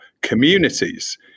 communities